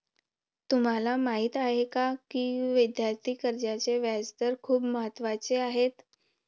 तुम्हाला माहीत आहे का की विद्यार्थी कर्जाचे व्याजदर खूप महत्त्वाचे आहेत?